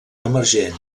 emergent